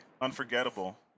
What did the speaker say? Unforgettable